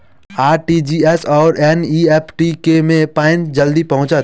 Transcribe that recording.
RTGS आओर NEFT मे केँ मे पानि जल्दी पहुँचत